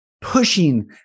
pushing